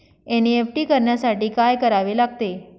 NEFT करण्यासाठी काय करावे लागते?